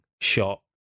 shot